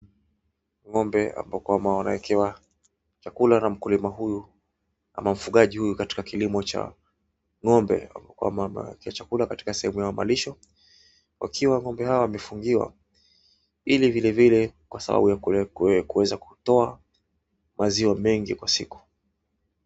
Ng'ombe ambao kwamba wanaekewa chakula na mkulima huyu ama mfugaji huyu katika kilimo cha ng'ombe, ambao kuwa amewaekea chakula katika sehemu ya malisho, wakiwa ng'ombe hawa wamefungiwa ili vilevile kwa sababu ya kuweza kutoa maziwa mengi kwa siku.